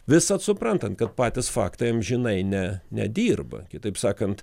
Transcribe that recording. visad suprantant kad patys faktai amžinai ne nedirba kitaip sakant